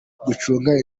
gucunga